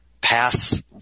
path